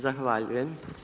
Zahvaljujem.